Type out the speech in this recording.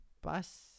Bus